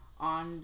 on